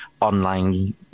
online